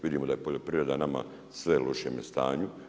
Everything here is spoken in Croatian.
Vidimo da je poljoprivreda nama u sve lošijem stanju.